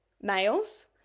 males